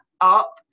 up